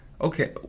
Okay